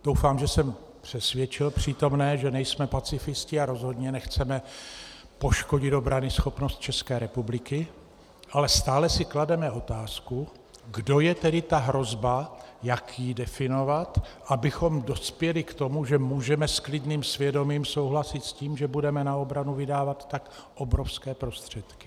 Doufám, že jsem přesvědčil přítomné, že nejsme pacifisti a rozhodně nechceme poškodit obranyschopnost České republiky, ale stále si klademe otázku, kdo je tedy ta hrozba, jak ji definovat, abychom dospěli k tomu, že můžeme s klidným svědomím souhlasit s tím, že budeme na obranu vydávat tak obrovské prostředky.